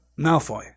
Malfoy